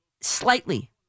slightly